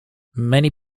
many